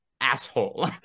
asshole